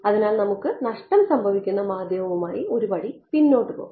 അതിനാൽ നമുക്ക് നഷ്ടം സംഭവിക്കുന്ന മാധ്യമവുമായി ഒരു പടി പിന്നോട്ട് പോകാം